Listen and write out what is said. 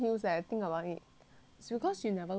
is because you never wear you can wear [one]